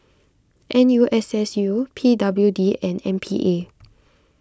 N U S S U P W D and M P A